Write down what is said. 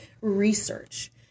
research